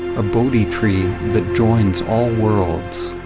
a bodhi tree that joins all worlds.